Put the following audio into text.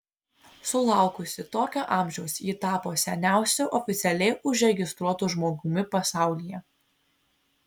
sulaukusi tokio amžiaus ji tapo seniausiu oficialiai užregistruotu žmogumi pasaulyje